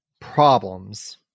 problems